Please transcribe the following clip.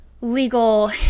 legal